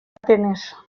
atenes